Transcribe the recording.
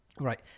right